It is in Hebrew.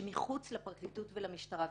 שמחוץ לפרקליטות ולמשטרה.